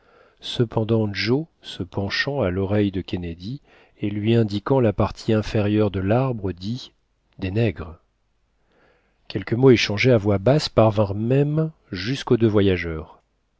cependant joe se penchant à l'oreille de kennedy et lui indiquant la partie inférieure de l'arbre dit des nègres quelques mots échangés à voix basse parvinrent même jusqu'aux deux voyageurs